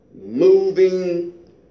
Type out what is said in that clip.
moving